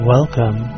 Welcome